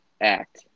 act